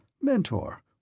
Mentor